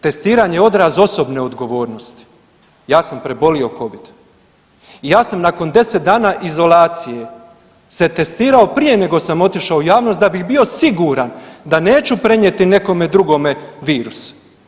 Testiranje je odraz osobne odgovornosti, ja sam prebolio covid i ja sam nakon 10 dana izolacije se testirao prije nego sam otišao u javnost da bih bio siguran da neću prenijeti nekome drugome virus.